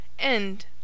End